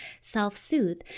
self-soothe